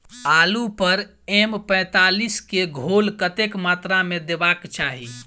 आलु पर एम पैंतालीस केँ घोल कतेक मात्रा मे देबाक चाहि?